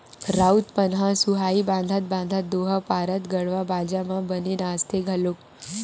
राउत मन ह सुहाई बंधात बंधात दोहा पारत गड़वा बाजा म बने नाचथे घलोक